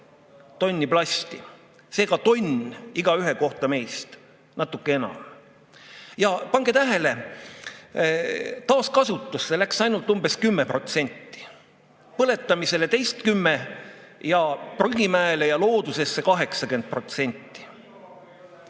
tonni plasti, seega tonn igaühe kohta meist, natuke enamgi. Ja pange tähele, taaskasutusse on läinud ainult umbes 10%, põletamisele teine 10% ja prügimäele ja loodusesse 80%.